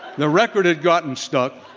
the record had gotten stuck